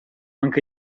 anche